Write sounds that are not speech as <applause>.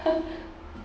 <laughs>